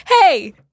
hey